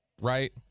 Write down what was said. right